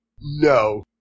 No